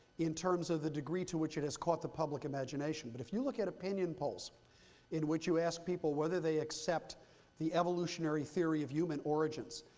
in terms of the degree to which it has caught the public imagination. but if you look at opinion polls in which you ask people whether they accept the evolutionary theory of human origins,